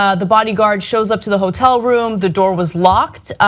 ah the bodyguard shows up to the hotel room. the door was locked.